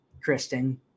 Kristen